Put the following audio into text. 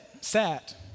sat